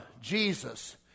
Jesus